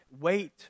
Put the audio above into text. Wait